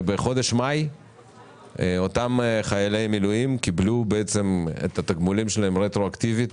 בחודש מאי אותם חיילי מילואים קיבלו את התגמולים שלהם רטרואקטיבית